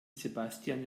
sebastian